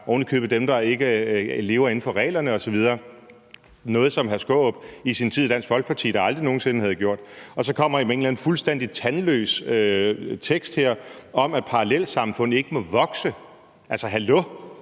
ovenikøbet dem, der ikke overholder reglerne osv. – noget, som hr. Peter Skaarup i sin tid i Dansk Folkeparti da aldrig nogen sinde havde gjort. Og så kommer I med en eller anden fuldstændig tandløs tekst, hvor der står, at parallelsamfundene ikke må vokse. Altså, hallo!